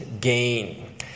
gain